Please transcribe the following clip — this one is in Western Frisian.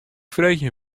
freegje